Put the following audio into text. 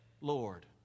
Lord